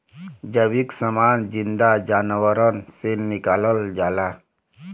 जैविक समान जिन्दा जानवरन से निकालल जाला